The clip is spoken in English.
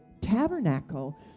tabernacle